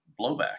blowback